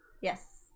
yes